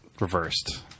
reversed